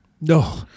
No